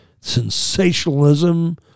sensationalism